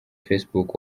facebook